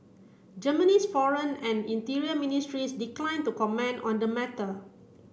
Germany's foreign and interior ministries declined to comment on the matter